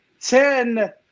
Ten